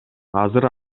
азыр